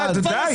גלעד, נו די.